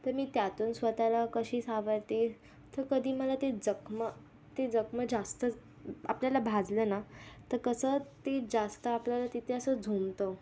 तर मी त्यातून स्वत ला कशी सावरते तर कधी मला ते जखमा ते जखमा जास्त आपल्याला भाजलं ना तर कसं ते जास्त आपल्याला तिथे असं झोंबतं